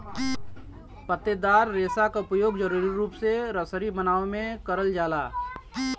पत्तेदार रेसा क उपयोग जरुरी रूप से रसरी बनावे में करल जाला